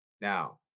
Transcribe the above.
now